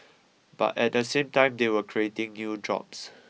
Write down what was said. but at the same time they are creating new jobs